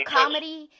comedy